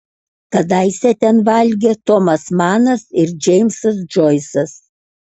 kadaise ten valgė tomas manas ir džeimsas džoisas